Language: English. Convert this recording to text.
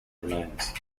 remains